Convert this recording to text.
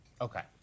Okay